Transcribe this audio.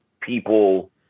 people